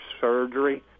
surgery